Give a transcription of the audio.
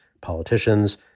politicians